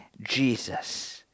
jesus